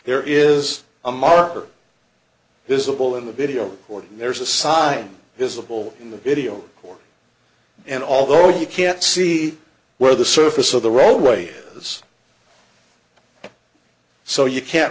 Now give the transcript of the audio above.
there is a marker visible in the video or there's a sign is a pull in the video and although you can't see where the surface of the roadway is so you can't